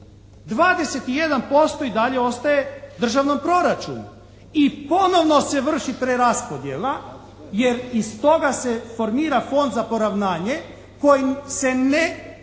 21% i dalje ostaje državnom proračunu. I ponovno se vrši preraspodjela, jer iz toga se formira Fond za poravnanje kojim se ne